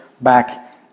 back